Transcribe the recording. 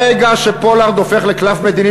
ברגע שפולארד הופך לקלף מדיני,